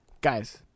Guys